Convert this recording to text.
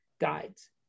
guides